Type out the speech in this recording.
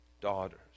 daughters